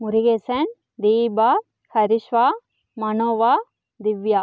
முருகேசன் தீபா ஹரிஷ்வா மனோவா திவ்யா